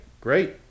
Great